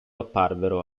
apparvero